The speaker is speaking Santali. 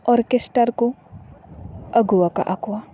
ᱚᱨᱠᱮᱥᱴᱟᱨ ᱠᱚ ᱟᱹᱜᱩᱣᱟᱠᱟᱜ ᱠᱚᱣᱟ